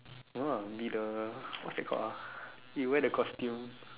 no lah be the what's that called ah you wear the costume